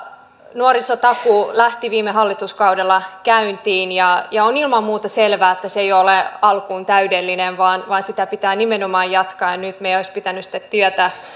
nuorisotakuu lähti viime hallituskaudella käyntiin ja ja on ilman muuta selvää että alkuun se ei ole ole täydellinen vaan vaan sitä pitää nimenomaan jatkaa nyt meidän olisi pitänyt sitä työtä